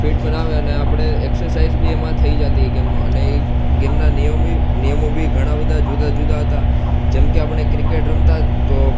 fit બનાવે અને આપણે એકસેસાઇઝ બી એમાં થઈ જતી એ ગેમમાં અને ઈ ગેમના નિયમો નિયમો બી ઘણા બધા જુદા જુદા હતા જેમકે આપણે ક્રિકેટ રમતા તો